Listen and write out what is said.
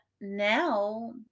now